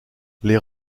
les